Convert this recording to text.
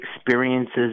experiences